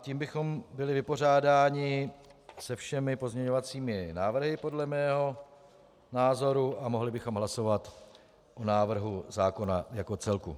Tím bychom byli vypořádáni se všemi pozměňovacími návrhy podle mého názoru a mohli bychom hlasovat o návrhu zákona jako celku.